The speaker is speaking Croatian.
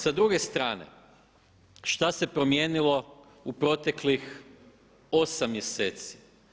Sa druge strane što se promijenilo u proteklih 8 mjeseci?